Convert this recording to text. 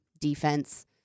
defense